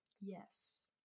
Yes